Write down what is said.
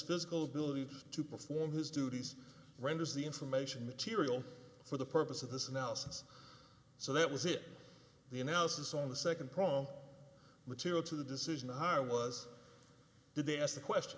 physical ability to perform his duties renders the information material for the purpose of this analysis so that was it the analysis on the second prong material to the decision to hire was did they ask the question